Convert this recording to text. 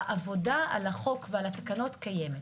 העבודה על החוק ועל התקנות קיימת,